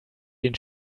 den